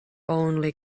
only